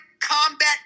combat